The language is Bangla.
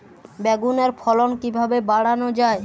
বেগুনের ফলন কিভাবে বাড়ানো যায়?